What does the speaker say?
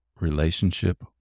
relationship